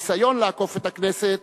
הניסיון לעקוף את הכנסת